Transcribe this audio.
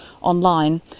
online